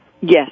Yes